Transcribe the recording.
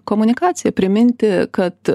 komunikacija priminti kad